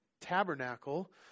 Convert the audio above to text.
tabernacle